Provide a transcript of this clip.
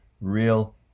real